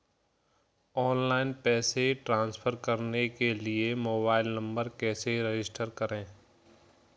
Online पैसे transfer करने के लिए मोबाइल नंबर कैसे रजिस्टर करें?